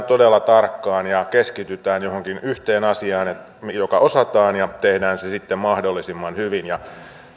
todella tarkkaan ja keskitytään johonkin yhteen asiaan joka osataan ja tehdään se sitten mahdollisimman hyvin